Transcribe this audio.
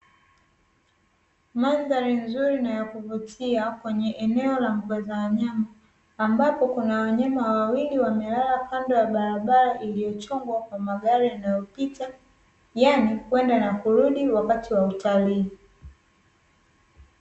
Mandhari nzuri na ya kuvutia kwenye eneo la mbuga za wanyama, ambapo kuna wanyama wawili wamelala kando ya barabara iliyochongwa kwa magari yanayopita, yaani kwenda na kurudi wakati wa utalii.